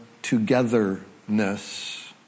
togetherness